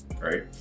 right